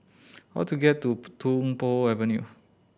how to get to Tung Po Avenue